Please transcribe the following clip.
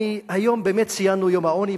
היום באמת ציינו את יום העוני,